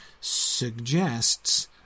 suggests